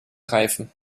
reifen